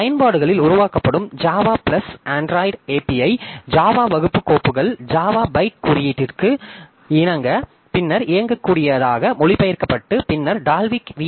பயன்பாடுகளில் உருவாக்கப்படும் Java plus Android API Java வகுப்பு கோப்புகள் ஜாவா பைட் குறியீட்டிற்கு இணங்க பின்னர் இயங்கக்கூடியதாக மொழிபெயர்க்கப்பட்டு பின்னர் டால்விக் வி